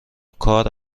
کار